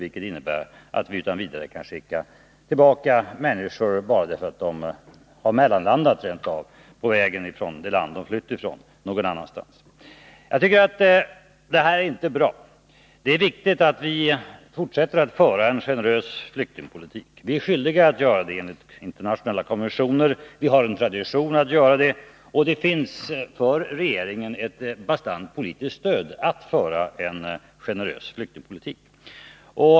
Den innebär att vi utan vidare kan skicka tillbaka människor bara därför att de har mellanlandat på vägen från det land som de flytt från. Att sådant här förekommer är inte bra. Det är viktigt att vi fortsätter att föra en generös flyktingpolitik. Vi är skyldiga att göra det enligt internationella konventioner, och det är vidare en tradition hos oss. Regeringen har vidare ett bastant politiskt stöd när det gäller att föra en generös flyktingpolitik.